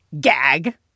gag